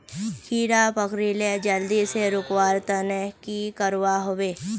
कीड़ा पकरिले जल्दी से रुकवा र तने की करवा होबे?